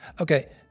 okay